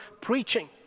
preaching